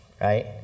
right